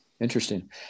Interesting